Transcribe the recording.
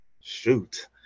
shoot